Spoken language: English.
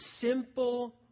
Simple